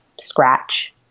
scratch